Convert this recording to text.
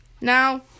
Now